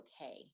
okay